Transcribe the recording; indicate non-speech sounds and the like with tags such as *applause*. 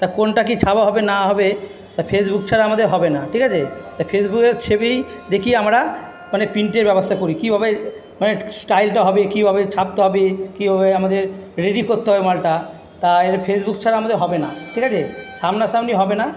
তা কোনটা কি ছাপা হবে না হবে ফেসবুক ছাড়া আমাদের হবে না ঠিক আছে তা ফেসবুকের ছেপেই দেখি আমরা মানে প্রিন্টের ব্যবস্থা করি কীভাবে মানে স্টাইলটা হবে কীভাবে ছাপতে হবে কীভাবে আমাদের রেডি করতে হবে মালটা তা *unintelligible* ফেসবুক ছাড়া হবে না ঠিক আছে সামনা সামনি হবে না